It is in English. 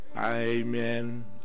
Amen